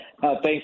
Thanks